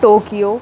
Tokyo